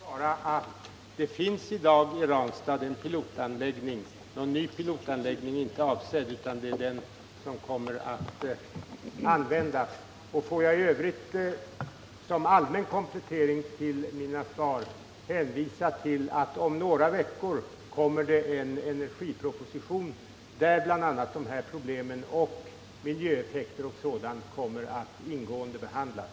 Herr talman! Får jag bara i korthet svara att det finns i dag i Ranstad en pilotanläggning. Någon ny pilotanläggning är inte avsedd att startas, utan det är denna som kommer att användas. Som allmän komplettering till mina svar kan jag hänvisa till att det om några veckor läggs fram en energiproposition, där bl.a. dessa problem, miljöeffekter m.m. ingående kommer att behandlas.